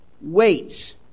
wait